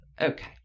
Okay